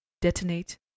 detonate